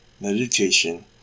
meditation